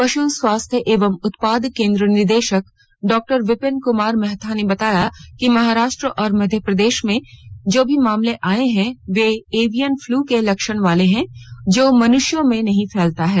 पश् स्वास्थ्य एवम उत्पाद केन्द्र के निदेशक डा विपिन कुमार महथा ने बताया कि महाराष्ट्र और मध्यप्रदेश में जो भी मामले आए हैं वे एवियन फ्लू के लक्षण वाले हैं जो मनुष्य में नहीं फैलता है